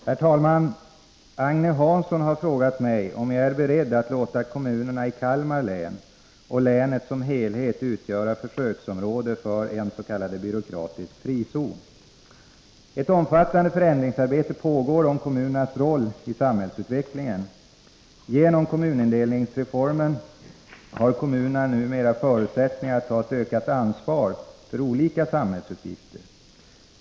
Herr talman! Agne Hansson har frågat mig om jag är beredd att låta kommunerna i Kalmar län och länet som helhet utgöra försöksområde för en ”byråkratisk frizon”. Ett omfattande förändringsarbete pågår om kommunernas roll i samhällsutvecklingen. Genom kommunindelningsreformen har kommunerna numera förutsättningar att ta ett ökat ansvar för olika samhällsuppgifter.